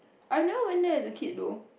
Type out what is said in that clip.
I never went there as a kid though